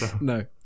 No